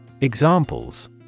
Examples